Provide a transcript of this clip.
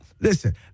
listen